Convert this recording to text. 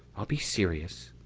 i'll be serious.